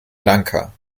lanka